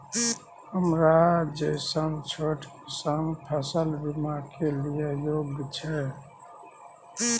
हमरा जैसन छोट किसान फसल बीमा के लिए योग्य छै?